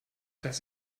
das